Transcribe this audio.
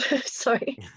sorry